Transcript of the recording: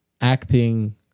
acting